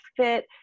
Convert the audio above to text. fit